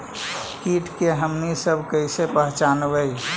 किट के हमनी सब कईसे पहचनबई?